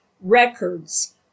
records